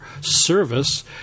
service